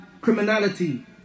criminality